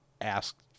asked